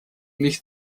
nicht